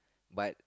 but